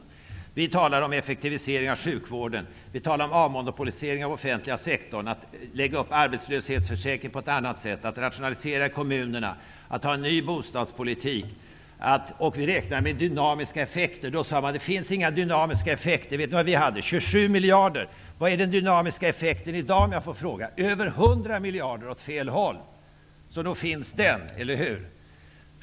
Ni talar bl.a. om effektivisering av sjukvården, om avmonopolisering när det gäller den offentliga sektorn, om att lägga upp arbetslöshetsförsäkringen på ett annat sätt, om att rationalisera i kommunerna och om en ny bostadspolitik. När vi räknade med dynamiska effekter, sade ni att det inte finns några sådana. Vi räknade med att de dynamiska effekterna skulle ge 127 miljarder. Vad är den dynamiska effekten i dag, om jag får fråga? Över 100 miljarder, åt fel håll. Så nog finns det dynamiska effekter, eller hur?